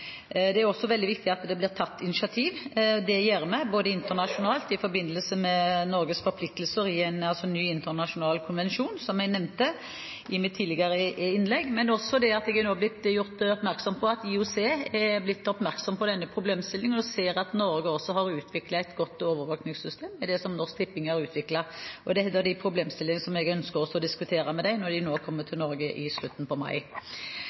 er også veldig viktig at det blir tatt initiativ. Det gjør vi, både internasjonalt i forbindelse med Norges forpliktelser i en ny, internasjonal konvensjon – som jeg nevnte i mitt tidligere innlegg – og ved at jeg nå er blitt gjort oppmerksom på at IOC er blitt oppmerksom på denne problemstillingen og ser at Norge har utviklet et godt overvåkingssystem, som Norsk Tipping har utviklet. Dette er en av de problemstillingene jeg ønsker å diskutere med dem når de kommer til Norge i slutten av mai.